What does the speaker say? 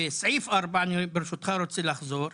בסעיף ארבע, ברשותך אני רוצה לחזור,